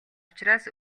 учраас